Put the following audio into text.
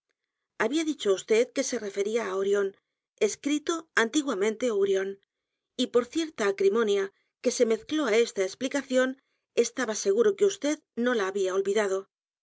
había dicho á vd que se refería á orion escrito antiguamente urión y por cierta acrimonia que se mezcló á esa explicación estaba seguro que vd no la había olvidado